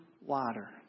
water